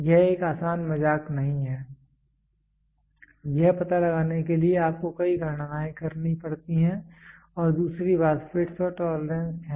यह एक आसान मज़ाक नहीं है यह पता लगाने के लिए आपको कई गणनाएं करनी पड़ती हैं और दूसरी बात फिटस् और टोलरेंस है